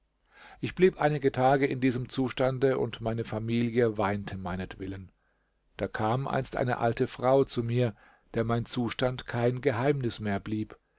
ich blieb einige tage in diesem zustande und meine familie weinte meinetwillen da kam einst eine alte frau zu mir der mein zustand kein geheimnis mehr blieb